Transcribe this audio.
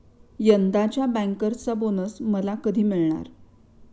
यंदाच्या बँकर्सचा बोनस मला कधी मिळणार?